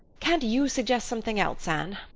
can't you suggest something else, anne?